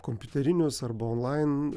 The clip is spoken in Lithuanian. kompiuterinius arba onlain